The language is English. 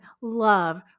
love